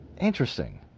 Interesting